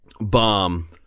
bomb